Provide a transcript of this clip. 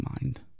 mind